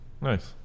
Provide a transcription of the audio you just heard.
nice